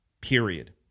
Period